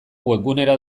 webgunera